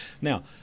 Now